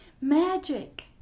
Magic